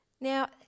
Now